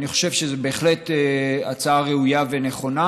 אני חושב שזו בהחלט הצעה ראויה ונכונה.